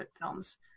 films